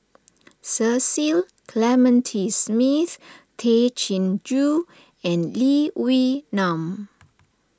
Cecil Clementi Smith Tay Chin Joo and Lee Wee Nam